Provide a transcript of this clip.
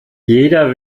jeder